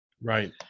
right